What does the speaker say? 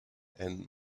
and